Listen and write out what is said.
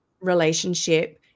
relationship